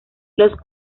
los